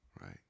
right